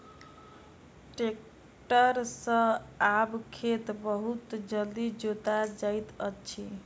tractor सॅ आब खेत बहुत जल्दी जोता जाइत अछि